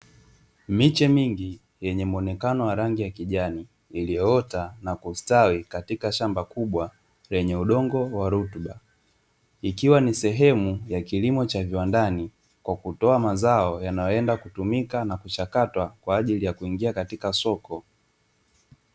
Miche mingi yenye muonekano wa rangi ya kijani iliyo oteshwa na kustawi katika shamba kubwa, lenye udongo wa rutuba ikiwa ni sehemu ya kilimo cha viwandani kwa kutoa mazao yanayo enda kutumika na kuchakatwa pamoja na kuingia sokoni.